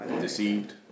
Deceived